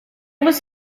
was